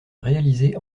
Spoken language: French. réalisée